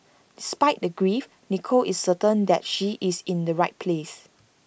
despite the grief Nicole is certain that she is in the right place